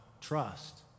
trust